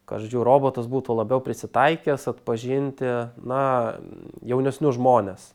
kad žodžiu robotas būtų labiau prisitaikęs atpažinti na jaunesnius žmones